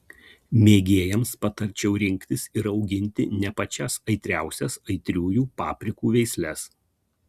mėgėjams patarčiau rinktis ir auginti ne pačias aitriausias aitriųjų paprikų veisles